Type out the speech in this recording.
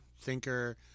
thinker